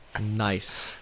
Nice